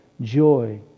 joy